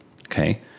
Okay